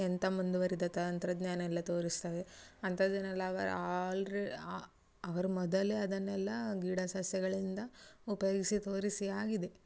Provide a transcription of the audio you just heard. ಎಂಥ ಮುಂದುವರೆದ ತಂತ್ರಜ್ಞಾನ ಎಲ್ಲ ತೋರಿಸ್ತವೆ ಅಂಥದ್ದನ್ನೆಲ್ಲ ಅವರು ಆಲ್ರೆ ಅವರು ಮೊದಲೇ ಅದನ್ನೆಲ್ಲ ಗಿಡ ಸಸ್ಯಗಳಿಂದ ಉಪಯೋಗಿಸಿ ತೋರಿಸಿ ಆಗಿದೆ